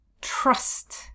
trust